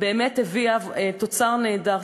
באמת הביאה תוצר נהדר,